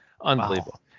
Unbelievable